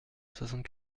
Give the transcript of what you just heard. soixante